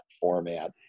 format